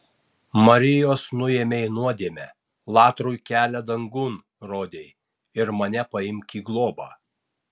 marijos nuėmei nuodėmę latrui kelią dangun rodei ir mane paimk į globą